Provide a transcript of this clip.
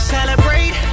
Celebrate